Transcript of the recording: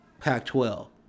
Pac-12